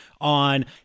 on